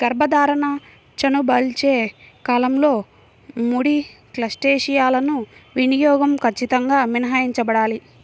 గర్భధారణ, చనుబాలిచ్చే కాలంలో ముడి క్రస్టేసియన్ల వినియోగం ఖచ్చితంగా మినహాయించబడాలి